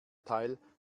teil